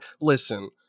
listen